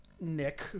nick